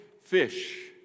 fish